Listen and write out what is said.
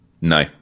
No